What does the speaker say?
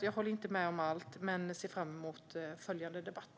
Jag håller inte med om allt, men jag ser fram emot följande debatt.